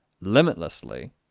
limitlessly